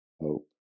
hope